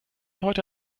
heute